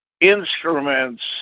instruments